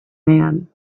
man